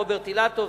רוברט אילטוב,